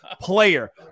player